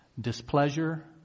displeasure